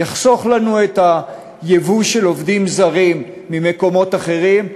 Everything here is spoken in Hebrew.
זה יחסוך לנו את הייבוא של עובדים זרים ממקומות אחרים,